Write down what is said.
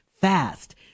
fast